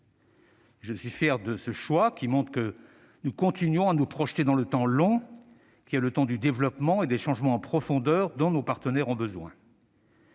Je suis fier de ce choix, qui montre que nous continuons à nous projeter dans le temps long, qui est le temps du développement et des changements en profondeur dont nos partenaires ont besoin.